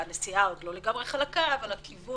הנסיעה עוד לא לגמרי חלקה, אבל הכיוון.